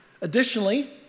Additionally